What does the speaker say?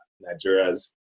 Nigeria's